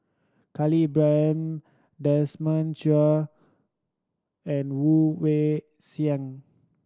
Khalil Ibrahim Desmond Choo and Woon Wah Siang